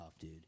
dude